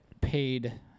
paid-